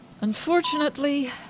Unfortunately